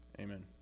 Amen